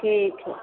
ठीक हइ